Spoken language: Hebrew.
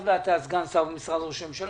היות ואתה סגן שר במשרד ראש הממשלה,